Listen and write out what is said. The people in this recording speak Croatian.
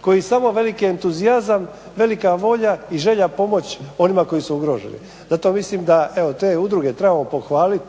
koje samo veliki entuzijazam, velika volja i želja pomoći onima koji su ugroženi. Zato mislim da evo te udruge trebamo pohvaliti